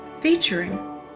featuring